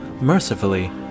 mercifully